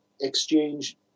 exchange